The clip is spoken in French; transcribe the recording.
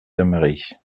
damary